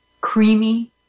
creamy